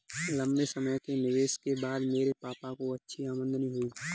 लंबे समय के निवेश के बाद मेरे पापा को अच्छी आमदनी हुई है